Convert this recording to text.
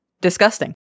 Disgusting